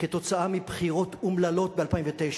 כתוצאה מבחירות אומללות ב-2009,